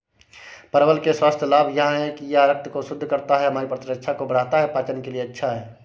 परवल के स्वास्थ्य लाभ यह हैं कि यह रक्त को शुद्ध करता है, हमारी प्रतिरक्षा को बढ़ाता है, पाचन के लिए अच्छा है